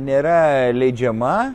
nėra leidžiama